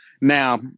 Now